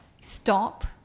Stop